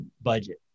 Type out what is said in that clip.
budget